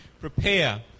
prepare